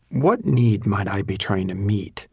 what need might i be trying to meet